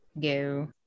go